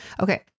Okay